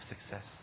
success